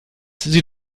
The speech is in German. sie